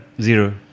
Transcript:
Zero